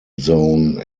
zone